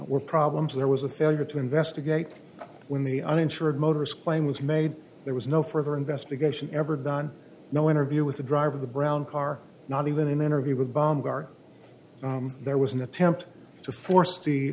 were problems there was a failure to investigate when the uninsured motorist claim was made there was no further investigation ever done no interview with the driver of the brown car not even an interview with baumgartner there was an attempt to for